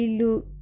look